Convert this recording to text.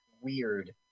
Weird